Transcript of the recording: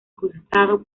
cruzado